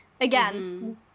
Again